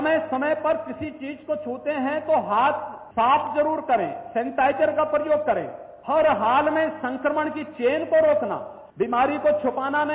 समय समय किसी चीज को छूते है तो हाथ साफ जरूर करे सेनिटाइजर का प्रयोग करे हर हाल में संक्रमण की चेन को रोकना बीमारी को छुपाना नहीं